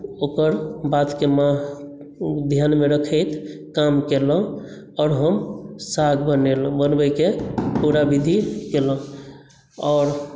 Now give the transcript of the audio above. ओकर बातकेँ मानि ध्यानमे रखैत काम केलहुँ आ हम साग बनेलहुँ बनबयके पूरा विधि कयलहुँ आओर